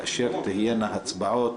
כאשר תהיינה ההצבעות